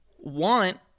want